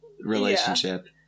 relationship